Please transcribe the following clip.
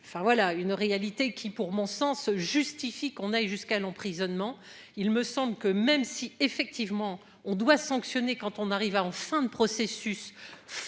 Enfin voilà une réalité. Tu es qui. Pour mon sang se justifie qu'on aille jusqu'à l'emprisonnement. Il me semble que même si effectivement on doit sanctionner quand on arrive à en fin de processus